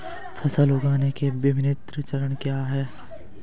फसल उगाने के विभिन्न चरण क्या हैं?